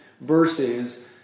versus